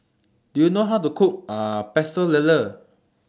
Do YOU know How to Cook Pecel Lele